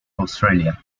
australia